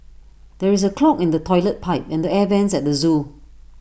there is A clog in the Toilet Pipe and the air Vents at the Zoo